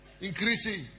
Increasing